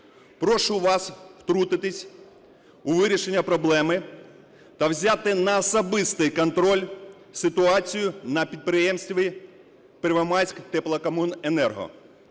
прошу вас втрутитися у вирішення проблеми та взяти на особистий контроль ситуацію на підприємстві "Первомайськтеплокомуненерго",